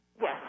Yes